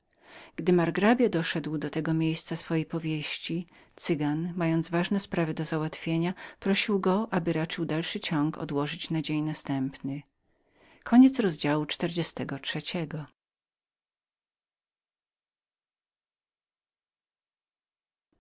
gdy margrabia doszedł do tego miejsca swojej powieści cygan mając ważne sprawy do załatwienia prosił go aby raczył dalszy ciąg odłożyć